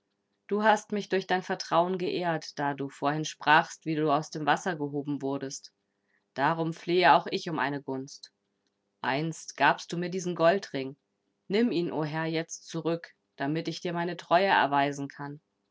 du hast mich durch dein vertrauen geehrt da du vorhin sprachst wie du aus dem wasser gehoben wurdest darum flehe auch ich um eine gunst einst gabst du mir diesen goldring nimm ihn o herr jetzt zurück damit ich dir meine treue erweisen kann